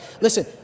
Listen